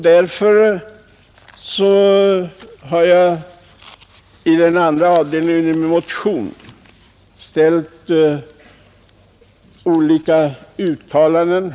Herr talman! Jag ber att få yrka bifall till min motion.